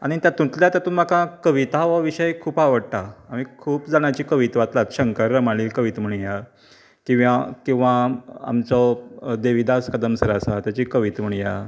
आनी तातूंतल्या तातूंत म्हाका कविता हो विशय खूब आवडटा हांवेन खूब जाणांची कविता वाचता शंकर रामाणी कविता म्हणया किव्या किंवां आमचो देवीदास कदम सर आसा तेची कविता म्हणया